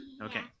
Okay